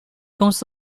公司